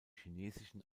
chinesischen